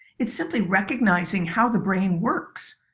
it's simply recognizing how the brain works.